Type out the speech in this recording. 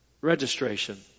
registration